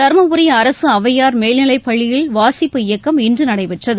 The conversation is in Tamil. தர்மபுரி அரசு அவ்வையார் மேல்நிலைப்பள்ளியில் வாசிப்பு இயக்கம் இன்று நடைபெற்றது